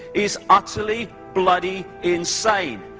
is utterly, bloody insane.